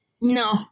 No